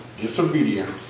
disobedience